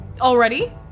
Already